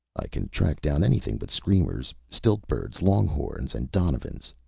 i can track down anything but screamers, stilt-birds, longhorns and donovans,